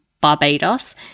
Barbados